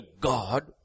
God